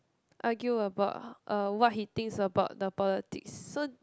argue about uh what he thinks about the politics so